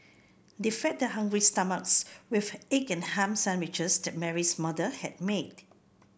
they fed their hungry stomachs with the egg and ham sandwiches that Mary's mother had made